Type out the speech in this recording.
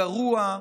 הגרוע,